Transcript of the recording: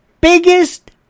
Biggest